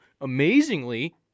amazingly